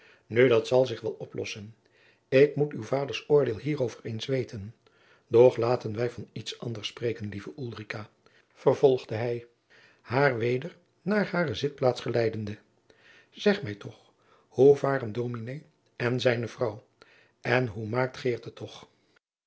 nu dat zal zich wel oplossen ik moet uw vaders oordeel hierover eens weten doch laten wij van iets anders spreken lieve ulrica vervolgde hij haar weder naar hare zitplaats geleidende zeg mij toch hoe varen dominé en zijne vrouw en hoe maakt geert het toch